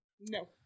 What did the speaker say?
No